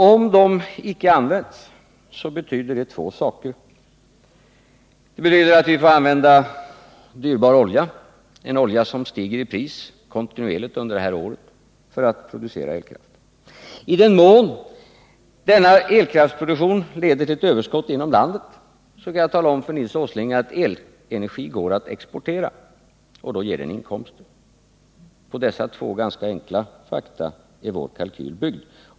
Om de icke används, så betyder det två saker. Det betyder att vi får använda dyrbar olja för att producera elkraft, en olja som kontinuerligt under det här året stiger i pris. I den mån denna elkraftsproduktion leder till ett överskott inom landet, så kan jag tala om för Nils Åsling att elenergi går att exportera, och då ger den inkomster. På dessa två ganska enkla fakta är vår kalkyl byggd.